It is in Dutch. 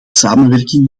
samenwerking